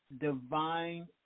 divine